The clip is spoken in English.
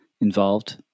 involved